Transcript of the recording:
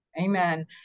Amen